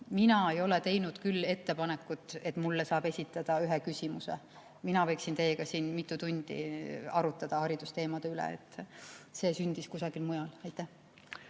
küll ei ole teinud ettepanekut, et mulle saab esitada ühe küsimuse – mina võiksin teiega siin mitu tundi arutada haridusteemade üle –, see [otsus] sündis kusagil mujal. Aitäh!